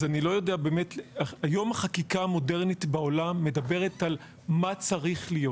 אז אני לא יודע כי היום החקיקה המודרנית בעולם מדברת על מה צריך להיות.